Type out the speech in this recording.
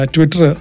Twitter